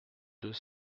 deux